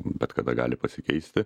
bet kada gali pasikeisti